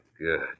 Good